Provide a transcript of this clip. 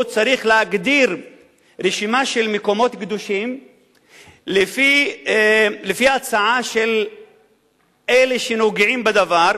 צריך להגדיר רשימה של מקומות קדושים לפי הצעה של אלה שנוגעים בדבר,